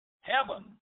heaven